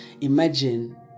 imagine